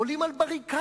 עולים על בריקדות